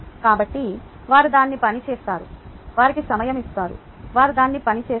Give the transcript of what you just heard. కాబట్టి వారు దాన్ని పని చేస్తారు వారికి సమయం ఇస్తారు వారు దాన్ని పని చేస్తారు